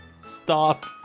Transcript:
Stop